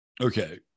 Okay